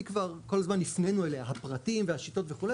כל הזמן הפנינו אליה הפרטים והשיטות וכו',